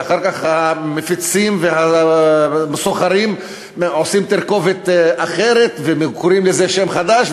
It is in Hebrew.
ואחר כך המפיצים והסוחרים עושים תרכובת אחרת וקוראים לזה בשם חדש,